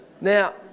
Now